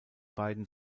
beiden